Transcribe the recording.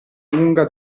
lunga